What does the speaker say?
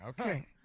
Okay